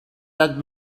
that